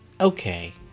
okay